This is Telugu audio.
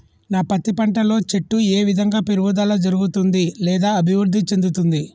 నా పత్తి పంట లో చెట్టు ఏ విధంగా పెరుగుదల జరుగుతుంది లేదా అభివృద్ధి చెందుతుంది?